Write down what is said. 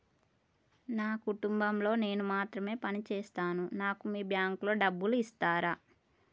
నా కుటుంబం లో నేను మాత్రమే పని చేస్తాను నాకు మీ బ్యాంకు లో డబ్బులు ఇస్తరా?